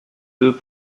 deux